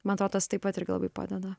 man atro tas taip pat irgi labai padeda